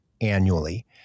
annually